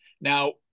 Now